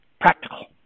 practical